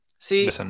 See